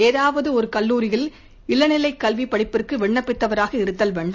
ஏதாவது ஒர கல்லூரியில் இளநிலை கல்வி படிப்பிந்கு விண்ணப்பித்தவராக இருத்தல் வேண்டும்